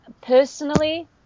Personally